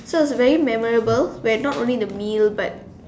so it was very memorable where not only the meal but